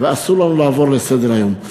ואסור לנו לעבור לסדר-היום.